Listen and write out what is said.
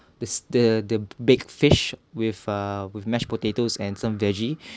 the the the big fish with uh with mashed potatoes and some veggies